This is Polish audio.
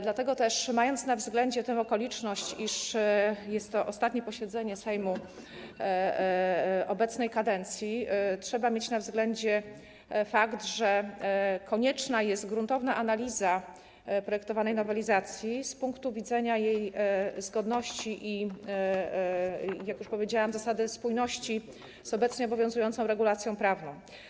Dlatego też, mając na względzie tę okoliczność, iż jest to ostatnie posiedzenie Sejmu obecnej kadencji, trzeba mieć na uwadze fakt, że konieczna jest gruntowna analiza projektowanej nowelizacji z punktu widzenia jej zgodności i, jak już powiedziałam, spójności z obecnie obowiązującą regulacją prawną.